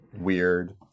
weird